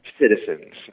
citizens